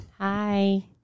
Hi